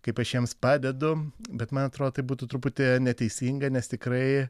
kaip aš jiems padedu bet man atrodo tai būtų truputį neteisinga nes tikrai